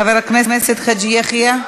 חבר הכנסת חאג' יחיא.